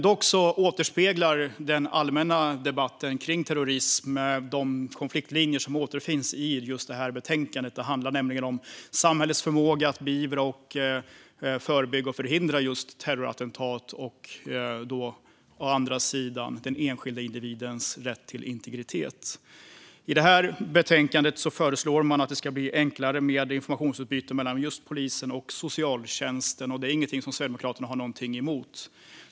Dock återspeglar den allmänna debatten kring terrorism de konfliktlinjer som återfinns i betänkandet. Det handlar nämligen om å ena sidan samhällets förmåga att beivra, förebygga och förhindra terrorattentat och å andra sidan den enskilde individens rätt till integritet. I det här betänkandet föreslår man att det ska bli enklare med informationsutbyte mellan just polisen och socialtjänsten. Det är ingenting som Sverigedemokraterna har någonting emot.